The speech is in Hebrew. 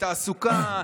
תעסוקה,